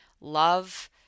love